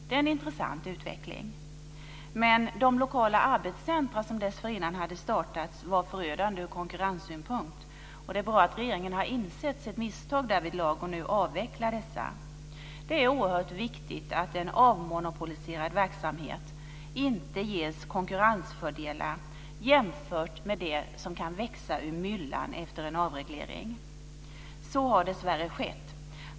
Det är en intressant utveckling, men de lokala arbetscenter som dessförinnan hade startats var förödande ur konkurrenssynpunkt. Det är bra att regeringen har insett sitt misstag därvidlag och nu avvecklar dessa. Det är oerhört viktigt att en avmonopoliserad verksamhet inte ges konkurrensfördelar jämfört med det som kan växa ur myllan efter en avreglering. Så har dessvärre skett.